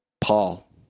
Paul